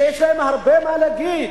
שיש להם הרבה מה להגיד.